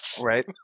right